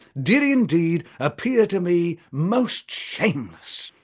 did indeed appear to me most shameless,